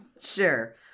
Sure